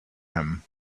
him